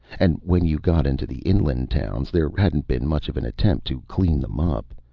and when you got into the inland towns, there hadn't been much of an attempt to clean them up.